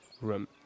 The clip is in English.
room